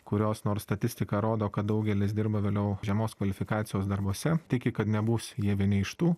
kurios nors statistika rodo kad daugelis dirba vėliau žemos kvalifikacijos darbuose tiki kad nebus jie vieni iš tų